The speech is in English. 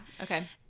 okay